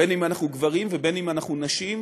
בין שאנחנו גברים ובין שאנחנו נשים,